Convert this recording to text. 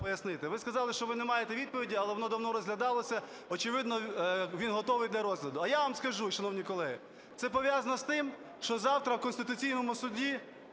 Ви сказали, що ви не маєте відповіді, але воно давно розглядалося, очевидно, він готовий для розгляду. А я вам скажу, шановні колеги, це пов'язано з тим, що завтра у Конституційному Суді